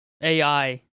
AI